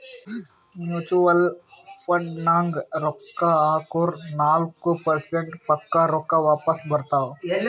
mutual ಫಂಡ್ನಾಗ್ ರೊಕ್ಕಾ ಹಾಕುರ್ ನಾಲ್ಕ ಪರ್ಸೆಂಟ್ರೆ ಪಕ್ಕಾ ರೊಕ್ಕಾ ವಾಪಸ್ ಬರ್ತಾವ್